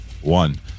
one